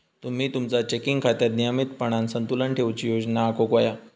तुम्ही तुमचा चेकिंग खात्यात नियमितपणान संतुलन ठेवूची योजना आखुक व्हया